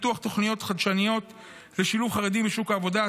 פיתוח תוכניות חדשניות לשילוב חרדים בשוק העבודה,